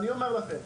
אני אומר לכם,